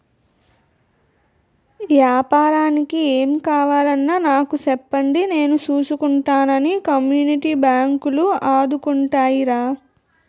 ఏపారానికి ఏం కావాలన్నా నాకు సెప్పండి నేను సూసుకుంటానని కమ్యూనిటీ బాంకులు ఆదుకుంటాయిరా